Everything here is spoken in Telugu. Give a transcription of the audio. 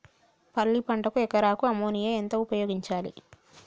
పల్లి పంటకు ఎకరాకు అమోనియా ఎంత ఉపయోగించాలి?